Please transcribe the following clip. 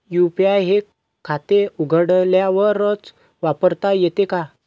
UPI हे खाते उघडल्यावरच वापरता येते का?